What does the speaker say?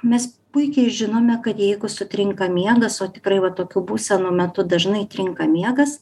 mes puikiai žinome kad jeigu sutrinka miegas o tikrai va tokių būsenų metu dažnai trinka miegas